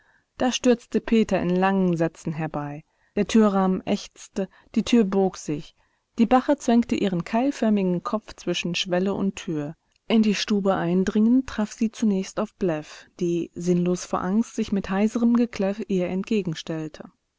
da stürzte peter in langen sätzen herbei der türrahmen ächzte die tür bog sich die bache zwängte ihren keilförmigen kopf zwischen schwelle und tür in die stube eindringend traf sie zunächst auf bläff die sinnlos vor angst sich mit heiserem gekläff ihr entgegenstellte